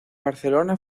barcelona